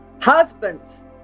Husbands